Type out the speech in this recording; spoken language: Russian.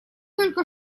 только